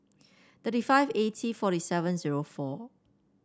thirty five eighty forty seven zero four